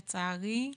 לצערי,